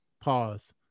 Pause